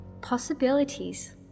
possibilities